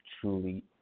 truly